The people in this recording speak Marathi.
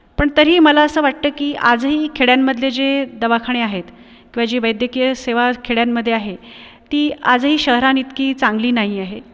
पण तरीही मला असं वाटतं की आजही खेड्यांमधले जे दवाखाने आहेत किंवा जे वैद्यकीय सेवा खेड्यांमध्ये आहे ती आजही शहरांइतकी चांगली नाही आहे